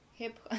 Hip